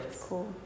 cool